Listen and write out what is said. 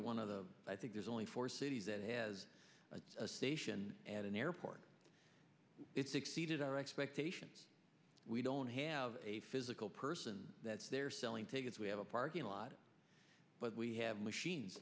one of the i think there's only four cities that has a station at an airport it's exceeded our expectations we don't have a physical person that's there selling tickets we have a parking lot but we have machines